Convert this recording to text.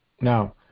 Now